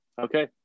Okay